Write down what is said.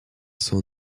son